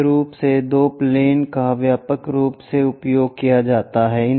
मुख्य रूप से दो प्लेन का व्यापक रूप से उपयोग किया जाता है